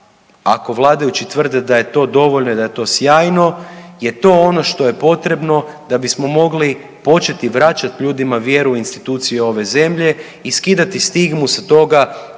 ako vladajući tvrde da je to dovoljno i da je to sjajno je to ono što je potrebno da bismo mogli početi vraćati ljudima vjeru u institucije ove zemlje i skidati stigmu sa toga